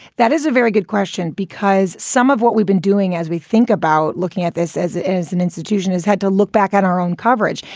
that is a very good question, because some of what we've been doing as we think about looking at this as as an institution has had to look back at our own coverage.